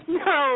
no